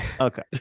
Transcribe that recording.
Okay